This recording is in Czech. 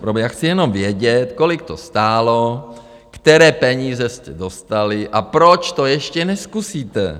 Já chci jenom vědět, kolik to stálo, které peníze jste dostali a proč to ještě nezkusíte.